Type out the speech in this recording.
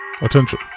Attention